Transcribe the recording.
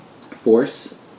force